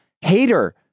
hater